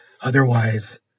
Otherwise